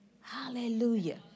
Hallelujah